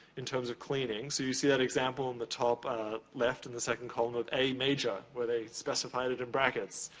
in terms of cleaning. so, you see that example in the top ah left, in the second column of a major, where they specified it in brackets.